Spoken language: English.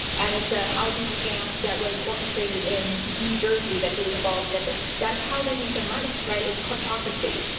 and it's a housing scam that was orchestrated in new jersey that he was involved in. that's how they make their money right. it's a kleptocracy.